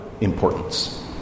importance